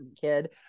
kid